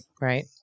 right